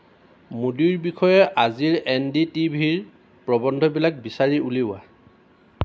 মোদীৰ বিষয়ে আজিৰ এনডি টিভিৰ প্ৰৱন্ধবিলাক বিচাৰি উলিওৱা